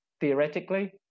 Theoretically